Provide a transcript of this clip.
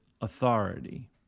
authority